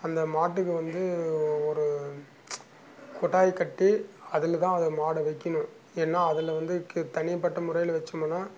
அந்த மாட்டுக்கு வந்து ஒ ஒரு கொட்டாய் கட்டி அதில் தான் அது மாடை வெக்கணும் ஏன்னால் அதில் வந்து க தனிப்பட்ட முறையில் வெச்சோமுனா